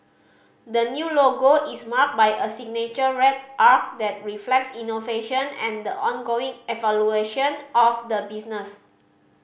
the new logo is marked by a signature red arc that reflects innovation and the ongoing evolution of the business